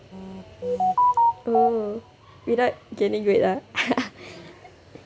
oh without gaining weight ah